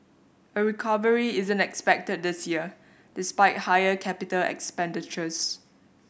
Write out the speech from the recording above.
a recovery isn't expected this year despite higher capital expenditures